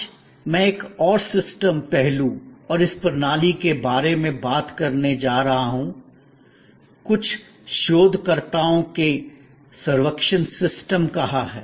आज मैं एक और सिस्टम पहलू और इस प्रणाली के बारे में बात करने जा रहा हूं कुछ शोधकर्ताओं ने सर्व्क्शन सिस्टम कहा है